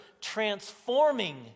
transforming